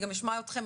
אני גם אשמע אתכם,